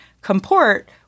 comport